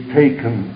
taken